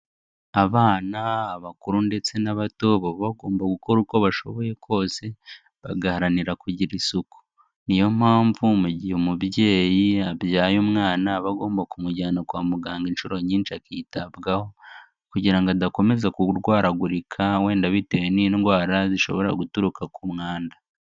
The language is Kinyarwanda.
Abana, abakuru ndetse n'abato, baba bagomba gukora uko bashoboye kose, bagaharanira kugira isuku. Ni yo mpamvu mu gihe umubyeyi abyaye umwana aba agomba kumujyana kwa muganga inshuro nyinshi akitabwaho. Kugira ngo adakomeza kurwaragurika wenda bitewe n'indwara zishobora guturuka ku mwanda.